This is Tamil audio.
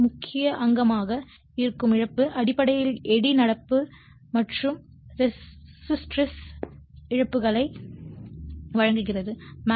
எனவே முக்கிய அங்கமாக இருக்கும் இழப்பு அடிப்படையில் எடி நடப்பு மற்றும் ஹிஸ்டரேசிஸ் இழப்புகளை வழங்குகிறது